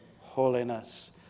holiness